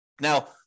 Now